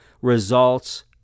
results